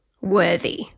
worthy